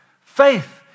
Faith